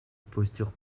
posture